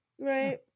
Right